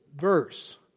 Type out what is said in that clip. verse